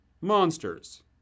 Monsters